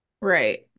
right